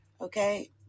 Okay